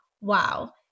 wow